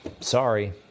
Sorry